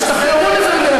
תשתחררו מזה.